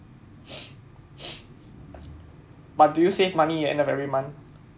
but do you save money end of every month